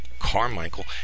Carmichael